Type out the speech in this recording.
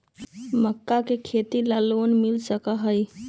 कि अईसन कोनो विशेष लाभ किसान ला हई जेकरा ला लोन लेल जाए?